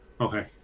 Okay